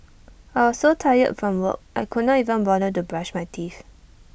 I was so tired from work I could not even bother to brush my teeth